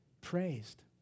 praised